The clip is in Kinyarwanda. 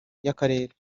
y’akarere